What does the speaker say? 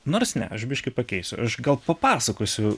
nors ne aš biškį pakeisiu aš gal papasakosiu